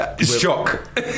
shock